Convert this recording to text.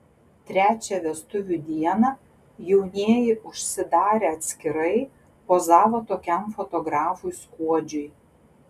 trečią vestuvių dieną jaunieji užsidarę atskirai pozavo tokiam fotografui skuodžiui